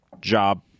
job